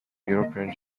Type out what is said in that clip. european